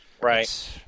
Right